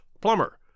plumber